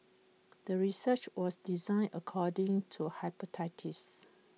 the research was designed according to hypothesis